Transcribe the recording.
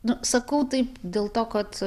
nu sakau taip dėl to kad